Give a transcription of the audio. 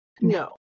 no